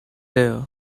there